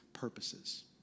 purposes